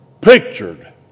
pictured